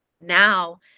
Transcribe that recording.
now